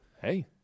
Hey